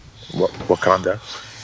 Wakanda